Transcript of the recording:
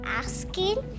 asking